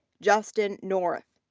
justyn north.